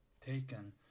taken